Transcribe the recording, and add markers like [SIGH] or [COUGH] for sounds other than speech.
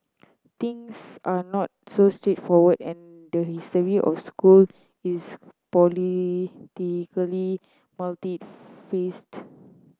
things are not so straightforward and the history of school is politically [UNINTELLIGIBLE]